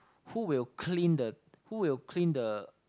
who will clean the who will clean the